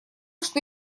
что